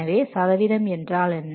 எனவே சதவீதம் என்றால் என்ன